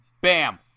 Bam